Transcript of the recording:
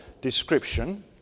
description